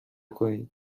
کنید